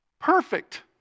perfect